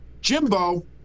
Jimbo